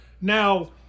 Now